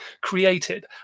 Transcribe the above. created